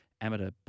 amateur